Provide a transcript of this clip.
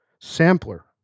sampler